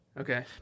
Okay